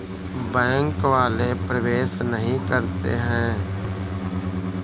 Bank वाले प्रवेश नहीं करते हैं?